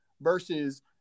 versus